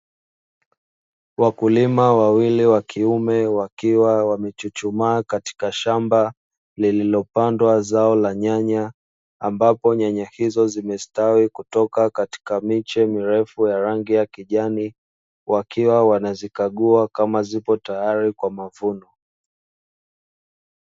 Wakulima wawili wa kiume wakiwa wamechuchumaa katika shamba lililopandwa zao la nyanya, ambapo nyanya hizo zimestawi kutoka katika miche mirefu ya rangi ya kijani wakiwa wanazikagua kama zipo tayari kwa mavuno.